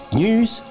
news